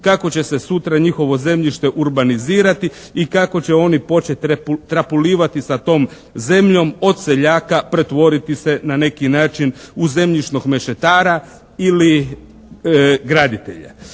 kako će se sutra njihovo zemljište urbanizirati i kako će oni počet' trapulivati sa tom zemljom od seljaka pretvoriti se na neki način u zemljišnog mešetara ili graditelja.